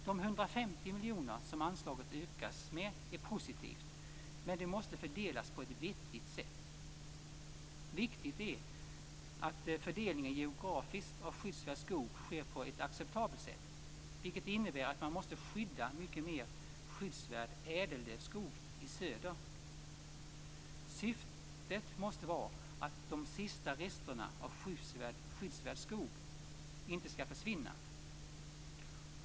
Att anslaget ökas med 150 miljoner är positivt, men de måste fördelas på ett vettigt sätt. Viktigt är att den geografiska fördelningen av skyddsvärd skog sker på ett acceptabelt sätt, vilket innebär att man måste skydda mycket mer skyddsvärd ädellövskog i söder. Syftet måste vara att de sista resterna av skyddsvärd skog inte skall försvinna.